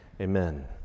Amen